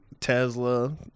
Tesla